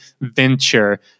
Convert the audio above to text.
venture